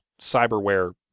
cyberware